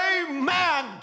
Amen